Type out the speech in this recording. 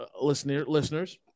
listeners